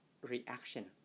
reaction